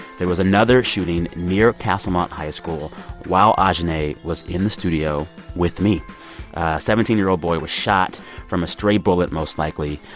there was another shooting near castlemont high school while ah ajahnay was in the studio with me. a seventeen year old boy was shot from a stray bullet, most likely.